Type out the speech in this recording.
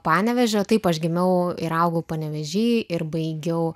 panevėžio taip aš gimiau ir augau panevėžy ir baigiau